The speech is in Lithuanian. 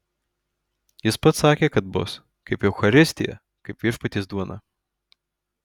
jis pats sakė kad bus kaip eucharistija kaip viešpaties duona